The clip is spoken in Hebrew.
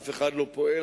אף אחד לא פועל,